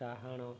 ଡାହାଣ